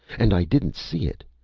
and i didn't see it!